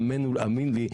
האמינו לי.